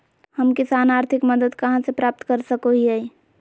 हम किसान आर्थिक मदत कहा से प्राप्त कर सको हियय?